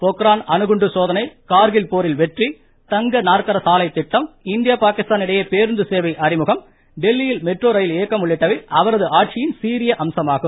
பொக்ரான் அணுகுண்டு சோதனை கார்கில் போரில் வெற்றி தங்க நாற்கர சாலை திட்டம் இந்தியா பாகிஸ்தான் இடையே பேருந்து சேவை அறிமுகம் டெல்லியில் மெட்ரோ ரயில் இயக்கம் உள்ளிட்டவை அவரது ஆட்சியின் சீரிய அம்சமாகும்